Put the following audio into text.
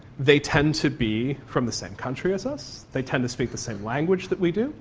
they tend to be from the same country as us, they tend to speak the same language that we do,